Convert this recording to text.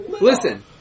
Listen